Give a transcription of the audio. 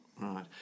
Right